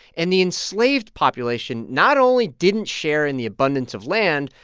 and the enslaved population not only didn't share in the abundance of land,